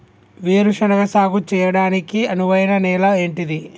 వేరు శనగ సాగు చేయడానికి అనువైన నేల ఏంటిది?